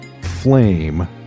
flame